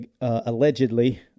allegedly